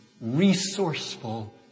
resourceful